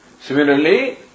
Similarly